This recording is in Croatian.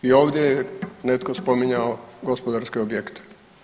I ovdje je netko spominjao gospodarske objekte.